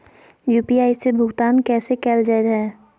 UPI से भुगतान कैसे कैल जहै?